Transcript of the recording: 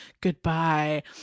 goodbye